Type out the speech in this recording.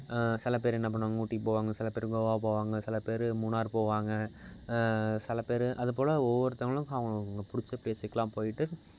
சில பேர் என்ன பண்ணுவாங்க ஊட்டிக்கு போவாங்க சில பேர் கோவா போவாங்க சில பேர் மூணார் போவாங்க சில பேர் அது போல் ஒவ்வொருத்தங்களுக்கும் அவங்க அவங்க பிடிச்ச ப்ளேஸுக்கெலாம் போய்விட்டு